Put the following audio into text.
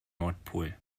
nordpol